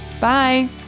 Bye